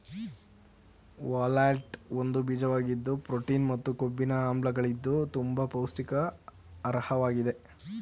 walnut ಒಂದು ಬೀಜವಾಗಿದ್ದು protein ಮತ್ತು ಕೊಬ್ಬಿನ ಆಮ್ಲಗಳಿದ್ದು ತುಂಬ ಪೌಷ್ಟಿಕ ಆಹಾರ್ವಾಗಿದೆ